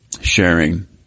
sharing